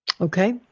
Okay